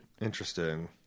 Interesting